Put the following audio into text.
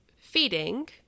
feeding